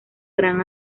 gran